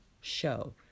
show